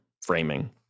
framing